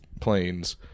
planes